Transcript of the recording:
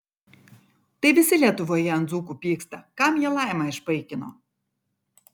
tai visi lietuvoje ant dzūkų pyksta kam jie laimą išpaikino